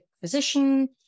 physician